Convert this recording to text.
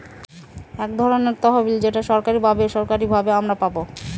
এক ধরনের তহবিল যেটা সরকারি বা বেসরকারি ভাবে আমারা পাবো